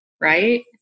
right